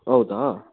ಹೌದಾ